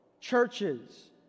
churches